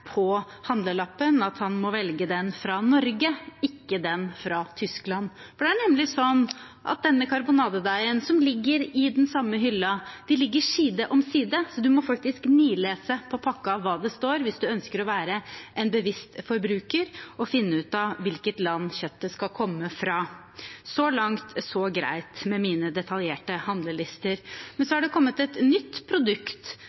på handlelappen at han må velge den fra Norge, ikke den fra Tyskland. Det er nemlig sånn at denne karbonadedeigen ligger i den samme hyllen. De ligger side om side, så man må faktisk nilese det som står på pakken hvis man ønsker å være en bevisst forbruker og finne ut hvilket land kjøttet kommer fra. Så langt, så greit med mine detaljerte handlelister. Men så er det kommet et nytt produkt